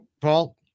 paul